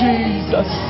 Jesus